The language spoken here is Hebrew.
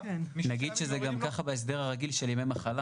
נגיד שזה גם כך בהסדר הרגיל של ימי מחלה.